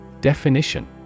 Definition